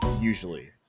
usually